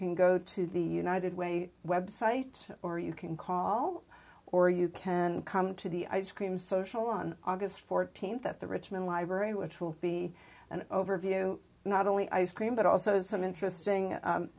can go to the united way website or you can call or you can come to the ice cream social on august fourteenth at the richmond library which will be an overview not only ice cream but also some interesting